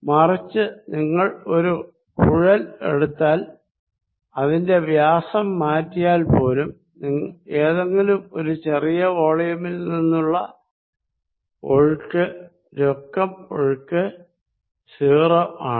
മറിച്ച് നിങ്ങൾ ഒരു കുഴൽ എടുത്താൽ അതിന്റെ വ്യാസം മാറിയാൽ പോലും ഏതെങ്കിലും ചെറിയ വോളിയമിൽ ഉള്ള നെറ്റ് ഫ്ലോ 0 ആണ്